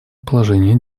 положение